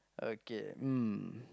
okay mm